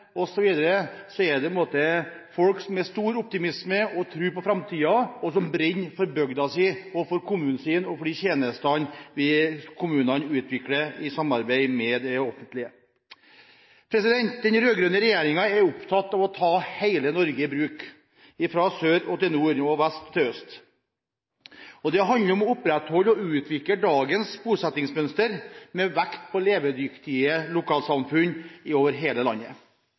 er det folk som har stor optimisme og tro på framtiden, og som brenner for bygda si, kommunen sin og de tjenestene kommunen utvikler i samarbeid med det offentlige. Den rød-grønne regjeringen er opptatt av å ta hele Norge i bruk, fra sør til nord og fra vest til øst. Det handler om å opprettholde og utvikle dagens bosettingsmønster, med vekt på levedyktige lokalsamfunn over hele landet.